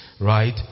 right